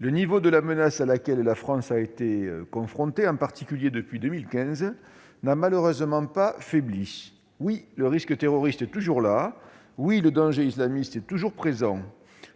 le niveau de la menace à laquelle la France a été confrontée, en particulier depuis 2015, n'a malheureusement pas faibli. Oui, le risque terroriste est toujours là ! Oui, le danger islamiste est toujours présent !